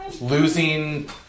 Losing